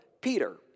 Peter